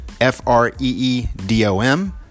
F-R-E-E-D-O-M